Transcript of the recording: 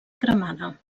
cremada